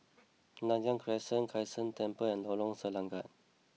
Nanyang Crescent Kai San Temple and Lorong Selangat